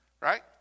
right